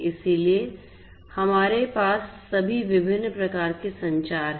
इसलिए हमारे पास सभी विभिन्न प्रकार के संचार हैं